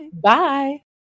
Bye